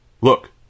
Look